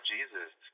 Jesus